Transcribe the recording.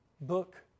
book